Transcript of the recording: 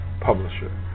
publisher